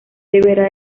deberá